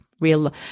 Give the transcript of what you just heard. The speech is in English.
Real